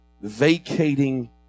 vacating